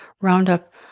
Roundup